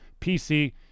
PC